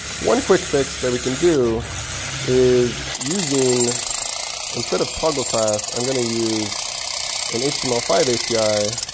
one quick fix that we can do is using instead of toggleclass, i'm going to use an h t m l five api,